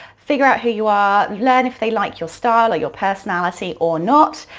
figure out who you are, learn if they like your style or your personality or not.